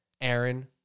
Aaron